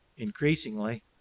increasingly